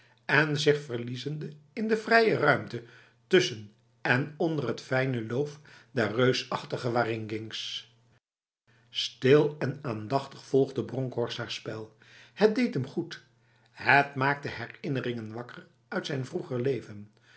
en zich verliezende in de vrije ruimte tussen en onder het fijne loof der reusachtige waringins stil en aandachtig volgde bronkhorst haar spel het deed hem goed het maakte herinneringen wakker uit zijn vroeger leven